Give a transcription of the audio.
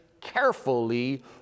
carefully